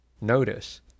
Notice